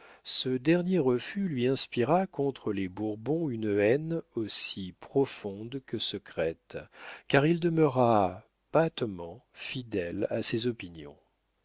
ce dernier refus lui inspira contre les bourbons une haine aussi profonde que secrète car il demeura patiemment fidèle à ses opinions